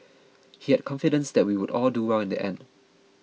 he had confidence that we would all do well in the end